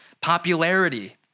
popularity